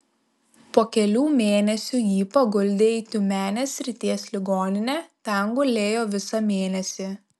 po kelių mėnesių jį paguldė į tiumenės srities ligoninę ten gulėjo visą mėnesį